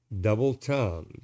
double-tongued